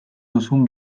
duzun